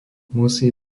musí